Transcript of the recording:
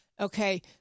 okay